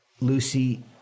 Lucy